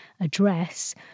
address